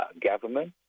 government